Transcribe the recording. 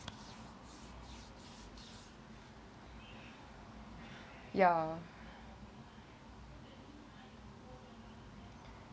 ya